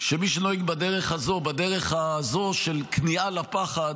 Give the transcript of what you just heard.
שמי שנוהג בדרך הזו, בדרך של כניעה לפחד,